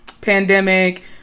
pandemic